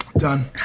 Done